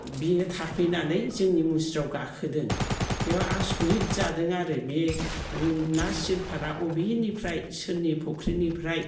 बेयो थाफैनानै जोंनि मुस्रियाव गाखोदों बेयाव आसरित जादों आरो बे ना सिलभारा बबेनिफ्राय सोरनि फुख्रिनिफ्राय